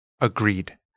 Agreed